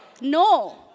No